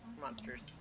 monsters